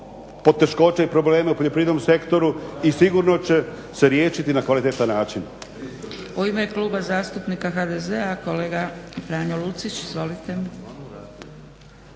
poteškoće i probleme u poljoprivrednom sektoru i sigurno će se riješiti na kvalitetan način.